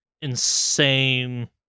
insane